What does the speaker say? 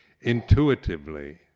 intuitively